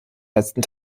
letzten